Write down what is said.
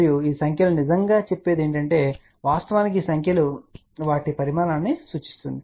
మరియు ఈ సంఖ్యలు నిజంగా చెప్పేది ఏమిటంటే వాస్తవానికి ఈ సంఖ్యలు వాటి పరిమాణాన్ని సూచిస్తుంది